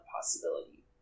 possibility